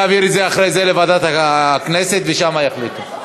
אעביר את זה אחרי לוועדת הכנסת, ושמה יחליטו.